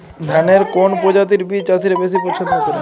ধানের কোন প্রজাতির বীজ চাষীরা বেশি পচ্ছন্দ করে?